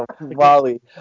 Wally